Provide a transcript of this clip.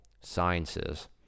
sciences